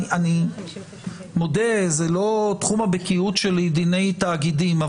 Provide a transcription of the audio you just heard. אני מודה, זה לא תחום הבקיאות שלי דיני תאגידים.